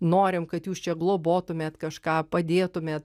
norim kad jūs čia globotumėt kažką padėtumėt